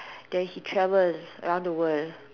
that he travel around the world